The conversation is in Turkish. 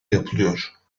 yapılıyor